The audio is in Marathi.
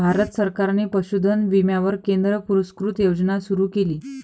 भारत सरकारने पशुधन विम्यावर केंद्र पुरस्कृत योजना सुरू केली